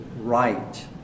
right